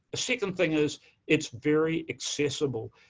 the second thing is it's very accessible.